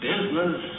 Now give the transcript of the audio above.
Business